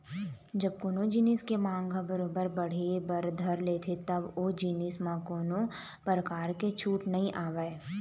जब कोनो जिनिस के मांग ह बरोबर बढ़े बर धर लेथे तब ओ जिनिस म कोनो परकार के छूट नइ आवय